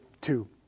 two